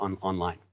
online